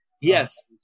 Yes